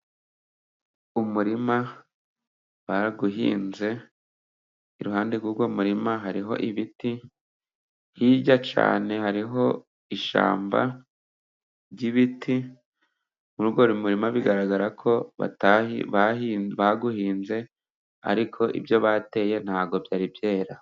Umurima barawuhinze, iruhande rw'uwo murima hariho ibiti hirya cyane hariho ishyamba ry'ibiti, muri uwo murima bigaragara ko bawuhinze ariko ibyo bateye ntabwo byari byera.